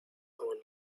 own